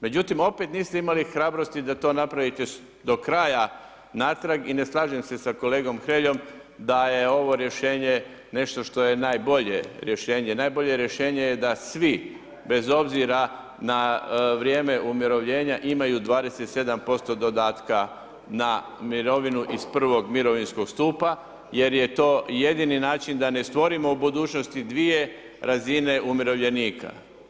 Međutim, opet niste imali hrabrosti da to napravite do kraja natrag i ne slažem se sa kolegom Hreljom da je ovo rješenje nešto što je najbolje rješenje, najbolje rješenje je da svi, bez obzira na vrijeme umirovljenja imaju 27% dodatka na mirovinu iz prvog mirovinskog stupa jer je to jedini način da ne stvorimo u budućnosti dvije razine umirovljenika.